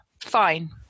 fine